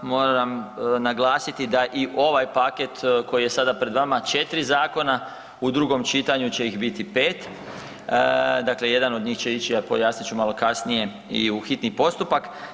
Moram naglasiti da i ovaj paket koji je sada pred vama 4 zakona u drugom čitanju će ih biti 5, dakle jedan od njih će ići, a pojasnit ću malo kasnije i u hitni postupak.